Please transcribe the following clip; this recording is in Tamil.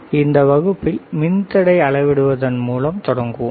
எனவே இந்த வகுப்பை மின்தடையை அளவிடுவதன் மூலம் தொடங்குவோம்